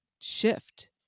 shift